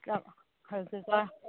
কি কয়